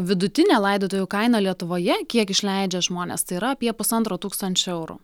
vidutinė laidotuvių kaina lietuvoje kiek išleidžia žmonės tai yra apie pusantro tūkstančio eurų